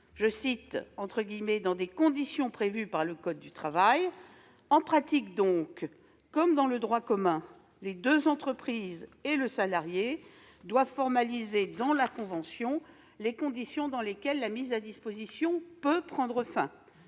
s'effectue « dans des conditions prévues par le code du travail. » En pratique, comme dans le droit commun, les deux entreprises et le salarié doivent formaliser dans la convention les conditions dans lesquelles la mise à disposition peut prendre fin.